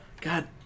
God